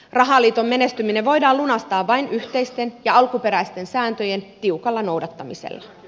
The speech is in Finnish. rahaliiton menestyminen voidaan lunastaa vain yhteisten ja alkuperäisten sääntöjen tiukalla noudattamisella